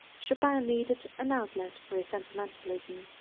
chopin needed an outlet for his sentimentalism.